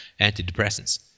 antidepressants